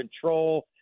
Control